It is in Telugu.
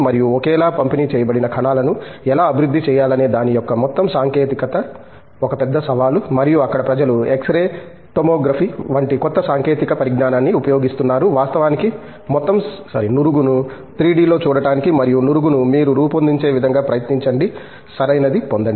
మరియు ఒకేలా పంపిణీ చేయబడిన కణాలను ఎలా అభివృద్ధి చేయాలనే దాని యొక్క మొత్తం సాంకేతికత ఒక పెద్ద సవాలు మరియు అక్కడ ప్రజలు ఎక్స్ రే టోమోగ్రఫీ వంటి క్రొత్త సాంకేతిక పరిజ్ఞానాన్ని ఉపయోగిస్తున్నారు వాస్తవానికి మొత్తం నురుగును 3D లో చూడటానికి మరియు నురుగును మీరు రూపొందించే విధంగా ప్రయత్నించండి సరైనది పొందండి